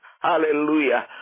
Hallelujah